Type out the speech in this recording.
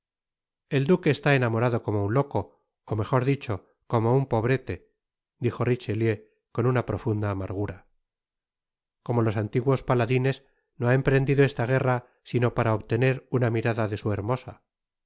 el duque está enamorado como un loco ó mejor dicho como un pobrete dijo richelieu con una profunda amargura como los antiguos paladines no ha emprendido esta guerra sino para obtener nna mirada de su hermosa